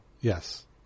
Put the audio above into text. Yes